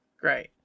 Great